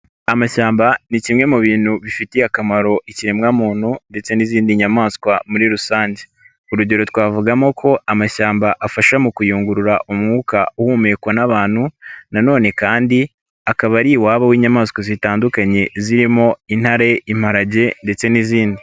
Amashyamba ni kimwe mu bintu bifitiye akamaro ikiremwa muntu ndetse n'izindi nyamaswa muri rusange. Urugero twavugamo ko amashyamba afasha mu kuyungurura umwuka uhumekwa n'abantu nanone kandi akaba ari iwabo w'inyamaswa zitandukanye zirimo: intare, imparage ndetse n'izindi.